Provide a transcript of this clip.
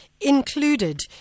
included